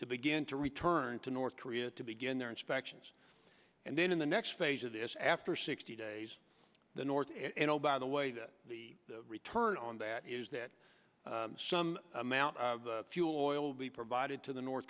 to begin to return to north korea to begin their inspections and then in the next phase of this after sixty days the north and oh by the way the return on that is that some amount of fuel oil will be provided to the north